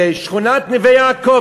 בשכונת נווה-יעקב,